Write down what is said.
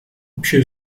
общую